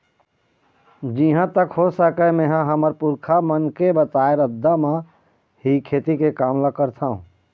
जिहाँ तक हो सकय मेंहा हमर पुरखा मन के बताए रद्दा म ही खेती के काम ल करथँव